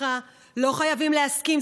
לא חייבים להסכים,